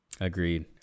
Agreed